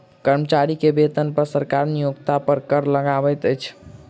कर्मचारी के वेतन पर सरकार नियोक्ता पर कर लगबैत अछि